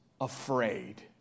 afraid